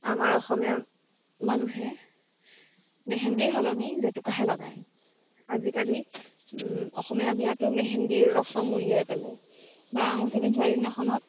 আমাৰ অসমীয়া মানুহে মেহেন্দিৰ সলনি জেতুকাহে লগায় আজিকালি অসমীয়া বিয়াতো মেহেন্দিৰ ৰচম উলিয়াই পেলায় বা আঙুঠি পিন্ধোৱা দিনাখনত